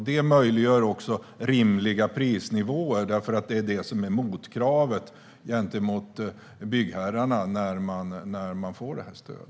Detta möjliggör också rimliga prisnivåer eftersom det är motkravet för att byggherrarna ska få detta stöd.